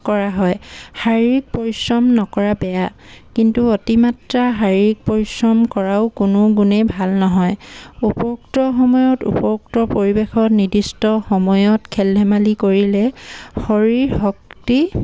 কৰা হয় শাৰীৰিক পৰিশ্ৰম নকৰা বেয়া কিন্তু অতিমাত্ৰা শাৰীৰিক পৰিশ্ৰম কৰাও কোনো গুণেই ভাল নহয় উপৰোক্ত সময়ত উপৰোক্ত পৰিৱেশত নিৰ্দিষ্ট সময়ত খেল ধেমালি কৰিলে শৰীৰ শক্তি